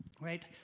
right